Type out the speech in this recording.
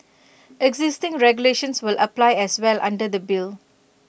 existing regulations will apply as well under the bill